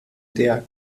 der